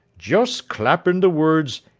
just clap in the words,